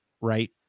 right